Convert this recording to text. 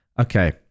Okay